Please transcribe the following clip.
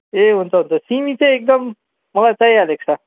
ए हुन्छ हुन्छ सिमी चाहिँ एकदम मलाई चाहिहालेको छ